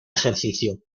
ejercicio